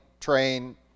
train